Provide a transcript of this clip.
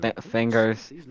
fingers